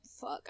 Fuck